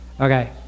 Okay